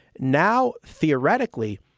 now, theoretically,